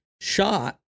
shot